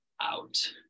out